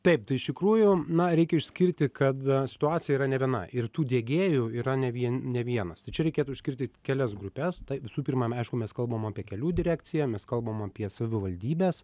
taip tai iš tikrųjų na reikia išskirti kad situacija yra ne viena ir tų diegėjų yra ne vien ne vienas tai čia reikėtų išskirti kelias grupes tai visų pirma aišku mes kalbam apie kelių direkciją mes kalbam apie savivaldybes